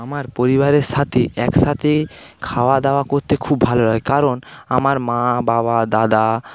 আমার পরিবারের সঙ্গে একসঙ্গে খাওয়া দাওয়া করতে খুব ভালো লাগে কারণ আমার মা বাবা দাদা